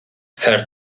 her